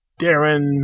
Darren